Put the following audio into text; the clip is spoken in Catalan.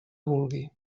vulgui